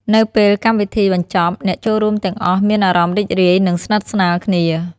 នៅពេលកម្មវិធីបញ្ចប់ អ្នកចូលរួមទាំងអស់មានអារម្មណ៍រីករាយ និងស្និទស្នាលគ្នា។